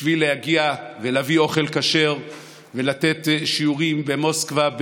בשביל להגיע ולהביא אוכל כשר ולתת שיעורים במוסקבה,